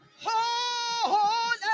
holy